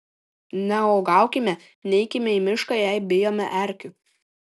neuogaukime neikime į mišką jei bijome erkių